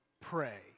pray